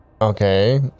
Okay